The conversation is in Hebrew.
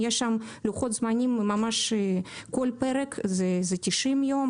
כל פרק זה 90 יום,